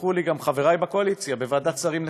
ויסלחו לי גם חברי בקואליציה, בוועדת שרים לחקיקה,